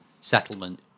settlement